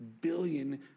billion